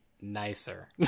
nicer